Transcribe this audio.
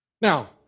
Now